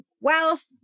wealth